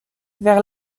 vers